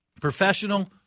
Professional